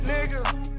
Nigga